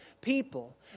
people